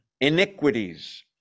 iniquities